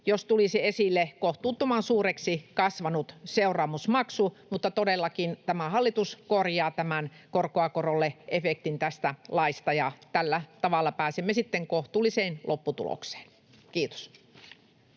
jos tulisi esille kohtuuttoman suureksi kasvanut seuraamusmaksu. Mutta todellakin tämä hallitus korjaa tämän korkoa korolle ‑efektin tästä laista, ja tällä tavalla pääsemme sitten kohtuulliseen lopputulokseen. — Kiitos.